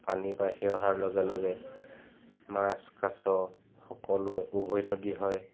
পানী বাঢ়ি অহাৰ লগে লগে মাছ কাছ সকলোৱে উভৈনদী হয়